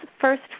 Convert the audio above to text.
first